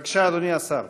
בבקשה, אדוני השר.